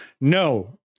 no